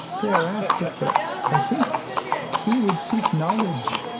dare ask it, but i think he would seek knowledge.